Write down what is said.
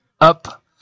up